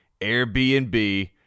Airbnb